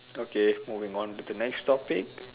okay moving on to the next topic